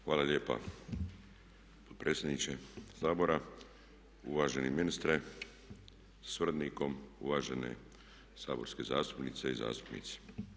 Hvala lijepa potpredsjedniče Sabora, uvaženi ministre sa suradnikom, uvažene saborske zastupnice i zastupnici.